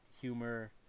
humor